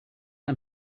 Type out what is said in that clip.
and